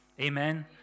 Amen